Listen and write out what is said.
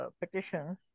petitions